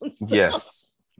Yes